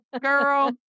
Girl